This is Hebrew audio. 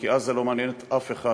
כי עזה לא מעניינת אף אחד,